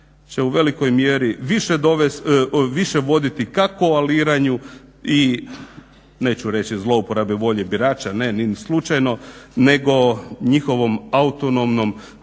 će u velikoj mjeri više voditi ka koaliranju i neću reći zlouporabi volje birača ne ni slučajno nego njihovom autonomnom pristupanju